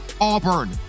Auburn